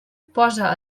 posa